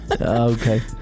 okay